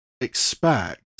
expect